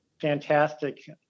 fantastic